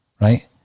right